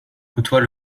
côtoie